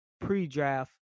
pre-draft